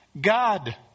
God